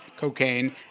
cocaine